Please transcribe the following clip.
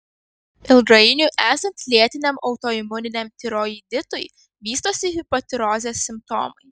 ilgainiui esant lėtiniam autoimuniniam tiroiditui vystosi hipotirozės simptomai